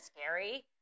scary